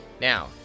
Now